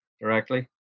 directly